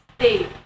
stay